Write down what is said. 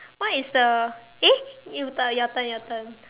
what is the eh you turn your turn your turn